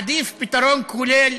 עדיף פתרון כולל,